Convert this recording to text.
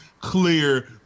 clear